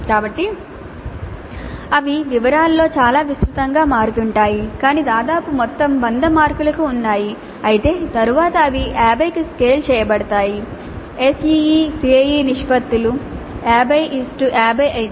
కాబట్టి అవి వివరాలలో చాలా విస్తృతంగా మారుతుంటాయి కాని దాదాపు మొత్తం 100 మార్కులకు ఉన్నాయి అయితే తరువాత అవి 50 కి స్కేల్ చేయబడతాయి SEE CIE నిష్పత్తులు 5050 అయితే